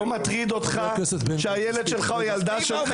לא מטריד אותך שהילד שלך או הילדה שלך,